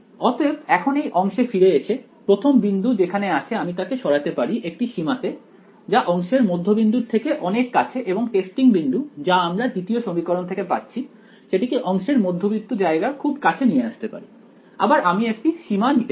অতএব এখন এই অংশে ফিরে এসে প্রথম বিন্দু যেখানে আছে আমি তাকে সরাতে পারি একটি সীমাতে যা অংশের মধ্যবিন্দুর থেকে অনেক কাছে এবং টেস্টিং বিন্দু যা আমরা দ্বিতীয় সমীকরণ থেকে পাচ্ছি সেটিকে অংশের মধ্যবর্তী জায়গার খুব কাছে নিয়ে আসতে পারি আবার আমি একটি সীমা নিতে পারি